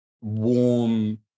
warm